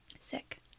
Sick